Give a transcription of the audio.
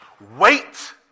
Wait